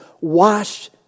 washed